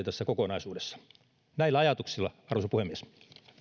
tässä kokonaisuudessa näillä ajatuksilla arvoisa puhemies